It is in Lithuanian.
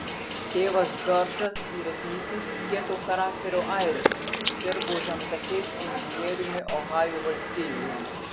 tėvas džordžas vyresnysis kieto charakterio airis dirbo žemkasės inžinieriumi ohajo valstijoje